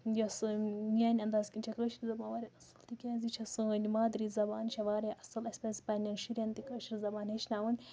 یۄس میٛانہِ اَنداز کِنۍ چھےٚ کٲشِر زَبان واریاہ اَصٕل تِکیازِ چھے سٲنۍ مادری زبان چھےٚ واریاہ اَصٕل اَسہِ پَزِ پنٛنٮ۪ن شُرین تہِ کٲشِر زَبان ہیٚچھناوٕنۍ